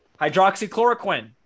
hydroxychloroquine